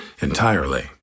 entirely